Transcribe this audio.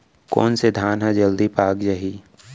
कोन से धान ह जलदी पाक जाही?